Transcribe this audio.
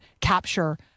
capture